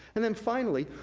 and then finally,